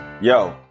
Yo